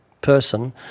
person